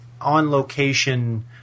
on-location